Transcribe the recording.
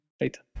later